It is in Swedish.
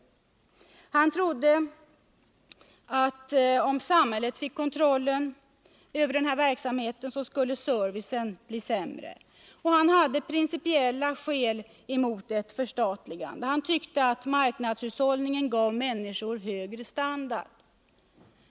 Herr Hovhammar trodde att om samhället fick kontrollen över den här verksamheten skulle servicen bli sämre. Erik Hovhammar hade principiella skäl mot ett förstatligande och tyckte att marknadshushållningen gav människor högre standard.